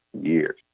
years